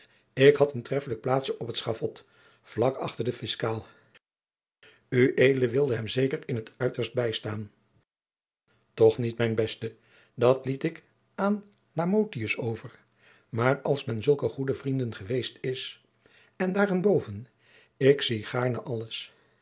ik had een treffelijk plaatsje op t schavot vlak achter den fiscaal ued wilde hem zeker in het uitertst bijstaan jacob van lennep de pleegzoon toch niet mijn beste dat liet ik aan lamotius over maar als men zulke goede vrienden geweest is en daarenboven ik zie gaarne alles